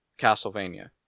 Castlevania